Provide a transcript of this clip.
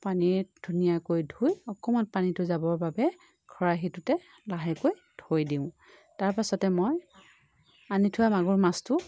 পানীৰে ধুনীয়াকৈ ধুই অকণমান পানীটো যাবৰ বাবে খৰাহিটোতে লাহেকৈ থৈ দিওঁ তাৰ পাছতে মই আনি থোৱা মাগুৰ মাছটো